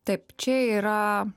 taip čia yra